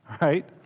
right